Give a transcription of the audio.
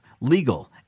legal